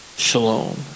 Shalom